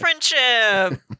friendship